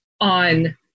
on